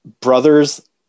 brother's